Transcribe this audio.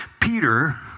Peter